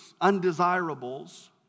undesirables